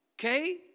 okay